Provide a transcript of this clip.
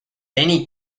danny